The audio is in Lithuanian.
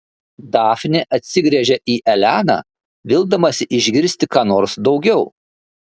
dafnė atsigręžia į eleną vildamasi išgirsti ką nors daugiau